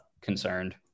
concerned